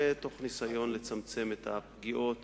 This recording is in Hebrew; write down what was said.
תוך ניסיון לצמצם את הפגיעות